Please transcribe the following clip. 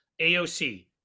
aoc